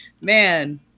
man